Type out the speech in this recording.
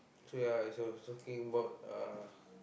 so ya as I was talking about uh